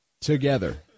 together